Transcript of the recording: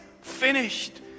finished